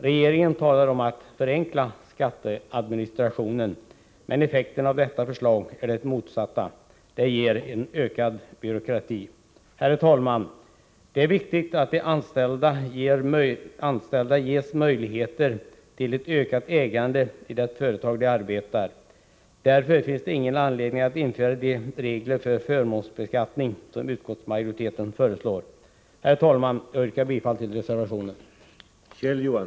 Regeringen talar om att förenkla skatteadministrationen, men effekten av detta förslag blir den motsatta. Förslaget leder till en ökad byråkrati. Det är viktigt att de anställda ges möjligheter till ett ökat ägande i det företag de arbetar. Därför finns det ingen anledning att införa de regler för förmånsbeskattning som utskottsmajoriteten föreslår. Herr talman! Jag yrkar bifall till reservationen.